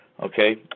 Okay